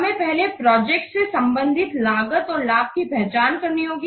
हमें पहले प्रोजेक्ट से संबंधित लागत और लाभों की पहचान करनी होगी